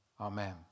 Amen